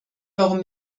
warum